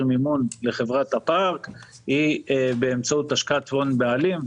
מימון לחברת הפארק היא באמצעות השקעת הון בעלים,